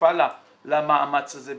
שותפה למאמץ הזה,